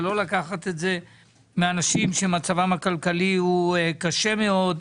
אבל לא לקחת את זה מאנשים שמצבם הכלכלי הוא קשה מאוד.